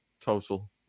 total